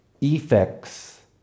effects